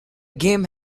game